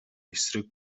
эсрэг